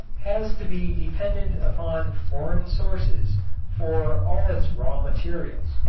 has to be dependent upon foreign sources for all its raw materials.